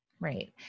Right